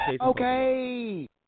Okay